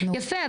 יפה,